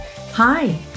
Hi